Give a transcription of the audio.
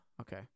Okay